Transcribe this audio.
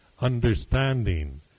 understanding